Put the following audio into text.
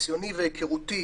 מניסיוני ומהיכרותי